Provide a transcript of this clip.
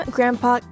Grandpa